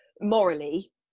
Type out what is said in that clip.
morally